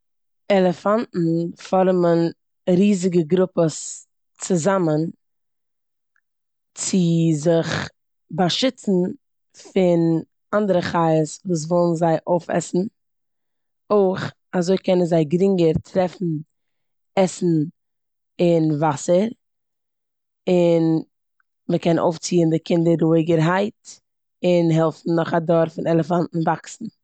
עלעפאנטן פארעמען ריזיגע גרופעס צוזאמען צו זיך באשיצן פון אנדערע חיות וואס ווילן זיי אויפעסן. אויך אזוי קענען זיי גרינגער טרעפן עסן און וואסער און מ'קען אויפציען די קינדער רואיגערהייט און העלפן נאך א דור פון עלעפאנטן וואקסן.